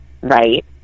right